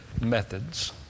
methods